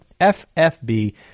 FFB